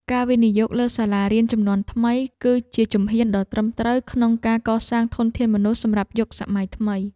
ការវិនិយោគលើសាលារៀនជំនាន់ថ្មីគឺជាជំហានដ៏ត្រឹមត្រូវក្នុងការកសាងធនធានមនុស្សសម្រាប់យុគសម័យថ្មី។